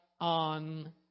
on